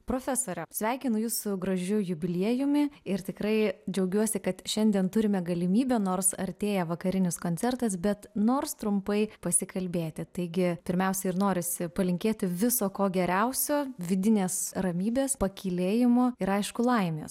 profesore sveikinu jus su gražiu jubiliejumi ir tikrai džiaugiuosi kad šiandien turime galimybę nors artėja vakarinis koncertas bet nors trumpai pasikalbėti taigi pirmiausia ir norisi palinkėti viso ko geriausio vidinės ramybės pakylėjimo ir aišku laimės